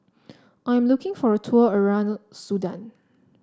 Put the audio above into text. I'm looking for a tour around Sudan